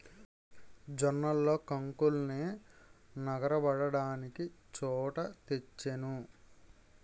జొన్నల్లో కొంకుల్నె నగరబడ్డానికి చేట తెచ్చాను